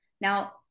Now